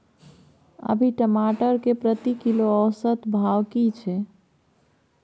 अभी टमाटर के प्रति किलो औसत भाव की छै?